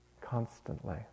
constantly